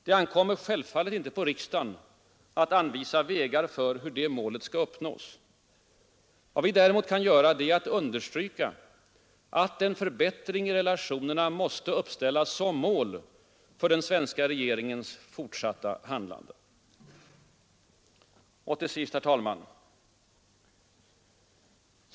Det ankommer självfallet inte på riksdagen att anvisa vägar för hur det målet skall uppnås. Vad vi däremot kan göra är att understryka att en förbättring i relationerna måste uppställas som mål för den svenska regeringens fortsatta handlande. Och till sist, herr talman!